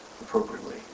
appropriately